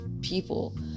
people